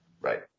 Right